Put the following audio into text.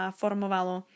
formovalo